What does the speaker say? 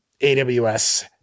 AWS